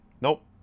Nope